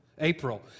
April